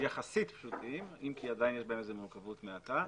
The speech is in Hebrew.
יחסית פשוטים אם כי עדיין יש בהם איזו מורכבת מעטה,